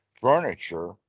furniture